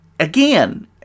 Again